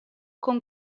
con